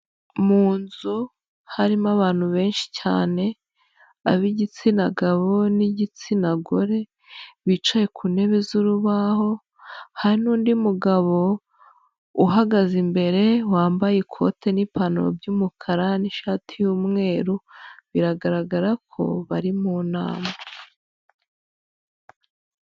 Mu nzu harimo abantu benshi cyane, ab'igitsina gabo n'igitsina gore, bicaye ku ntebe z'urubaho, hari n'undi mugabo uhagaze imbere, wambaye ikote n'ipantaro by'umukara n'ishati y'umweru, biragaragara ko bari mu nama.